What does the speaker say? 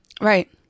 Right